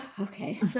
Okay